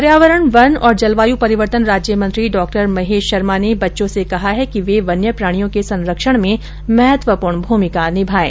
पर्यावरण वन और जलवायु परिवर्तन राज्य मंत्री डॉ महेश शर्मा ने बच्चों से कहा है कि वे वन्य प्राणियों के संरक्षण में महत्वपूर्ण भूमिका निभाएं